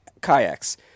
Kayaks